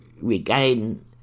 regain